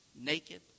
Naked